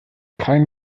kein